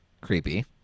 creepy